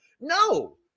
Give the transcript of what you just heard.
No